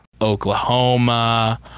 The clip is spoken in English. Oklahoma